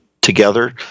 together